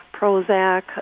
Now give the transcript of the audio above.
Prozac